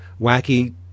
Wacky